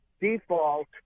default